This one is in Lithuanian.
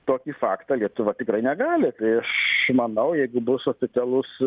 tokį faktą lietuva tikrai negali tai aš manau jeigu bus oficialus